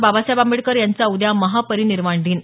बाबासाहेब आंबेडकर यांचा उद्या महापरिनिर्वाण दिन